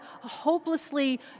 hopelessly